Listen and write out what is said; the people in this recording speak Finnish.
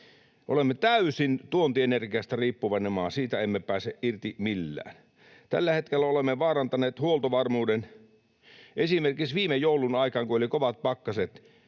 Olemme täysin tuontienergiasta riippuvainen maa, siitä emme pääse irti millään. Tällä hetkellä olemme vaarantaneet huoltovarmuuden. Esimerkiksi kun viime joulun aikaan oli kovat pakkaset,